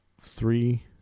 three